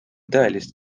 tõelist